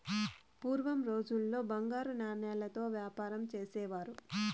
పూర్వం రోజుల్లో బంగారు నాణాలతో యాపారం చేసేవారు